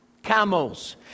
Camels